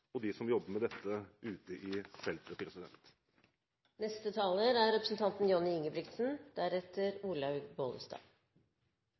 og de som jobber med dette ute i felten. Jeg er